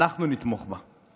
אנחנו נתמוך בה.